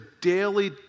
daily